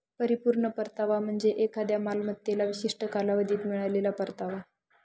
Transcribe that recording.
परिपूर्ण परतावा म्हणजे एखाद्या मालमत्तेला विशिष्ट कालावधीत मिळालेला परतावा